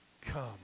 come